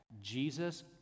Jesus